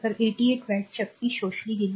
तर 88 वॉट्स शक्ती शोषली गेली